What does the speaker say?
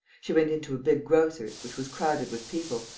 she went into a big grocer's, which was crowded with people,